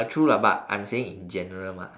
ya true lah but I'm saying in general mah